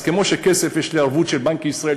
אז כמו שלכסף יש ערבות של בנק ישראל,